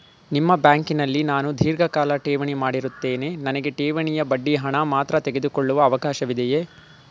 ನಿಮ್ಮ ಬ್ಯಾಂಕಿನಲ್ಲಿ ನಾನು ಧೀರ್ಘಕಾಲ ಠೇವಣಿ ಮಾಡಿರುತ್ತೇನೆ ನನಗೆ ಠೇವಣಿಯ ಬಡ್ಡಿ ಹಣ ಮಾತ್ರ ತೆಗೆದುಕೊಳ್ಳುವ ಅವಕಾಶವಿದೆಯೇ?